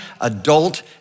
adult